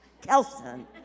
Kelson